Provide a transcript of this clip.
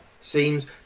Seems